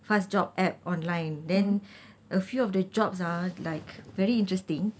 fast job app online then a few of the jobs ah like very interesting